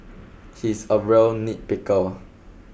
he is a real nitpicker